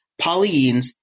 polyenes